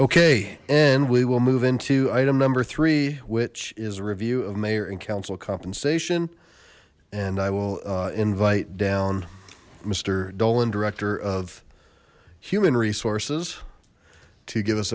ok and we will move into item number three which is a review of mayor and council compensation and i will invite down mister dolan director of human resources to give us